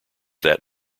that